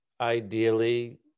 ideally